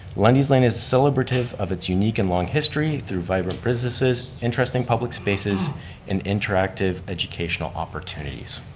lundy's lane is celebrative of its unique and long history through vibrant businesses, interesting public spaces and interactive educational opportunities.